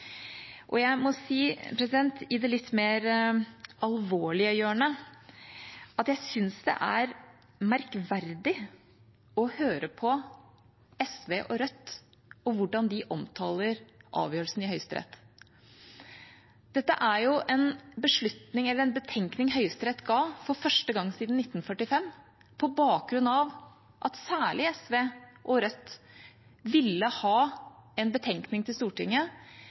Jeg må si, i det litt mer alvorlige hjørnet, at jeg synes det er merkverdig å høre på SV og Rødt og hvordan de omtaler avgjørelsen i Høyesterett. Dette er jo en betenkning Høyesterett ga, for første gang siden 1945, på bakgrunn av at særlig SV og Rødt ville ha en betenkning til Stortinget,